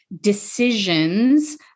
decisions